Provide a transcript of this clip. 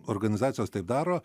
organizacijos taip daro